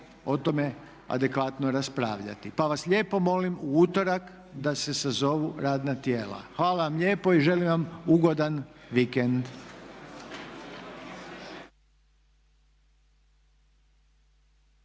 o tome adekvatno raspravljati. Pa vas lijepo molim u utorak da se sazovu radna tijela. Hvala vam lijepo i želim vam ugodan vikend!